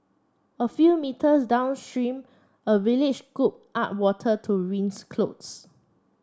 a few metres downstream a villager scooped up water to rinse clothes